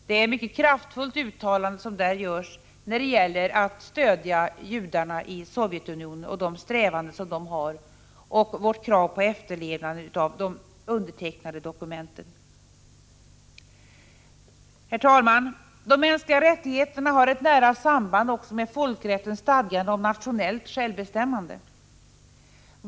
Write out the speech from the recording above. Det är ett mycket kraftfullt uttalande som där görs när det gäller att stödja judarna i Sovjetunionen i deras strävanden och beträffande vårt krav på efterlevnad av de undertecknade dokumenten. Herr talman! De mänskliga rättigheterna har ett nära samband också med folkrättens stadganden om nationellt självbestämmande.